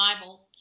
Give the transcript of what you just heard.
Bible